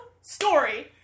story